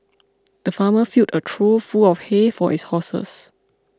the farmer filled a trough full of hay for his horses